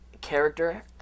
character